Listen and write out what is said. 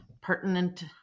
pertinent